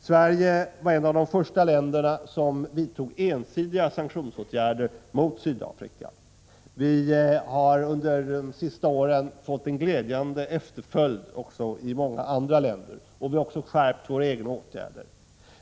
Sverige var ett av de första länderna som vidtog ensidiga sanktionsåtgärder mot Sydafrika. Vi har under de senaste åren kunnat notera en glädjande efterföljd i många andra länder, och vi har också skärpt våra egna åtgärder.